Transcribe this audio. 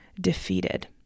defeated